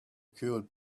cured